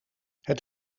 het